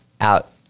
out